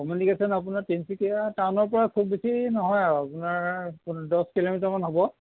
communication আপোনাৰ তিনিচুকীয়া টাউনৰ পৰা খুব বেছি নহয় আৰু আপোনাৰ প দহ কিলোমিটাৰমান হ'ব